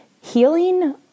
healing